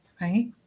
Right